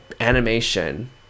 animation